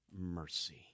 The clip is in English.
mercy